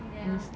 ya